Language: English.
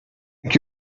think